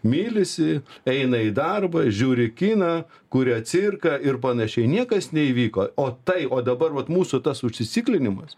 mylisi eina į darbą žiūri kiną kuria cirką ir panašiai niekas neįvyko o tai o dabar vat mūsų tas užsiciklinimas